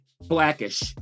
blackish